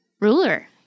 ruler